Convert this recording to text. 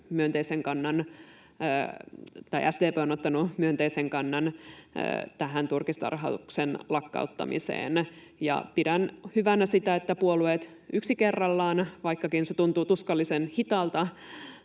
nyt muun muassa SDP on ottanut myönteisen kannan tähän turkistarhauksen lakkauttamiseen. Ja pidän hyvänä sitä, että puolueet yksi kerrallaan sen ottavat, vaikkakin se tuntuu tuskallisen hitaalta,